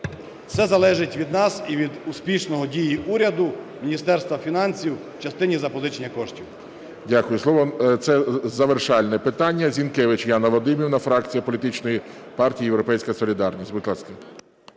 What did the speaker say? Все залежить від нас і від успішних дій уряду, Міністерства фінансів в частині запозичення коштів. ГОЛОВУЮЧИЙ. Дякую. Це завершальне питання. Зінкевич Яна Вадимівна, фракція політичної партії "Європейська солідарність", будь ласка.